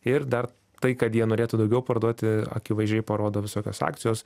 ir dar tai kad jie norėtų daugiau parduoti akivaizdžiai parodo visokios akcijos